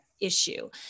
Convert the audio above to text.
issue